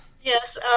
Yes